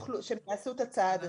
שהן יעשו את הצעד הזה.